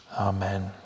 Amen